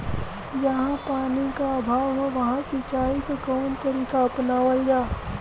जहाँ पानी क अभाव ह वहां सिंचाई क कवन तरीका अपनावल जा?